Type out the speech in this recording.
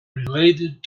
related